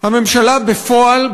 הממשלה בפועל,